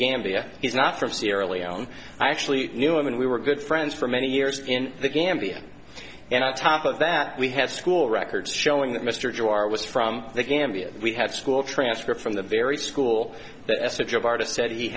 gambia he's not from sierra leone i actually knew him and we were good friends for many years in the gambia and on top of that we had school records showing that mr girard was from the gambia we had school transfer from the very school that as a job artist said he